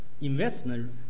investment